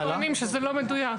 אנו טוענים שזה לא מדויק.